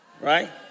right